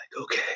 Okay